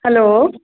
hello